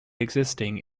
existing